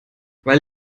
weil